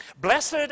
Blessed